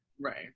Right